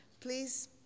Please